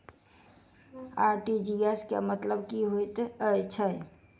RTGS केँ मतलब की हएत छै?